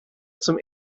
zum